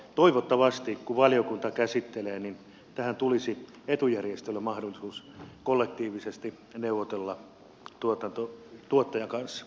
toivottavasti kun valiokunta tätä käsittelee tähän tulisi etujärjestöille mahdollisuus kollektiivisesti neuvotella tuottajan kanssa